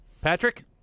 Patrick